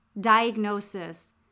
diagnosis